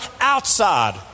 outside